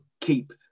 keep